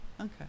Okay